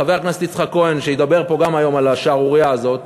חבר הכנסת יצחק כהן שידבר פה גם היום על השערורייה הזאת,